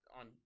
on